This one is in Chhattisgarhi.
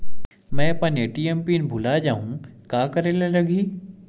मैं अपन ए.टी.एम पिन भुला जहु का करे ला लगही?